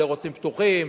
אלה רוצים פתוחים,